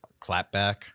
clapback